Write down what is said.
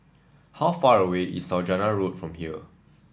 how far away is Saujana Road from here